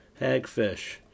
hagfish